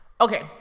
okay